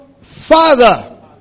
Father